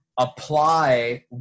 apply